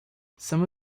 some